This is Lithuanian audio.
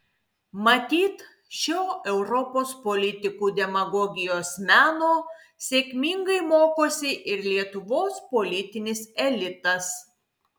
matyt šio europos politikų demagogijos meno sėkmingai mokosi ir lietuvos politinis elitas